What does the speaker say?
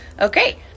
Okay